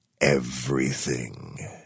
everything